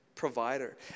provider